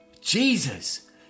Jesus